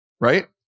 right